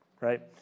right